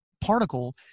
Particle